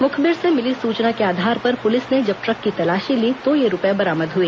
मुखबिर से मिली सूचना के आधार पर पुलिस ने जब ट्रक की तलाशी ली तो ये रूपए बरामद हुए